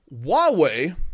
Huawei